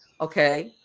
Okay